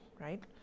right